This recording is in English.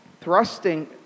thrusting